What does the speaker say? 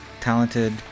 talented